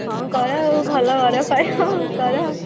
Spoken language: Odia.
ହଁ କର ଆଉ ଭଲ ବର ପାଇବ କର